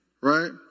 right